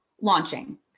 launching